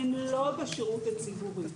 הן לא בשירות הציבורי.